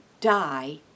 die